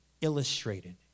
illustrated